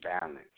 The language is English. balance